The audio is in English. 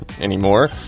anymore